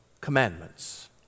Commandments